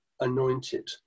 anointed